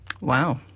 Wow